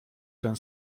ten